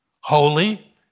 holy